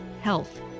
health